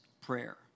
prayer